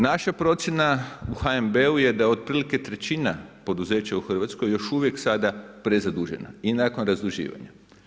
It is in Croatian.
Naša procjena u HNB-u je da otprilike trećina poduzeća u RH još uvijek sada prezadužena i nakon razduživanja.